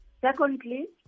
Secondly